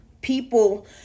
people